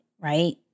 right